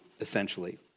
essentially